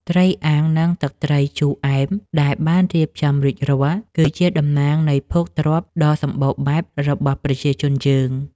ត្រីអាំងនិងទឹកត្រីជូរអែមដែលបានរៀបចំរួចរាល់ គឺជាតំណាងនៃភោគទ្រព្យដ៏សម្បូរបែបរបស់ប្រជាជនយើង។